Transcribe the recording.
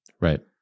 Right